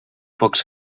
pocs